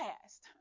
past